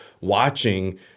watching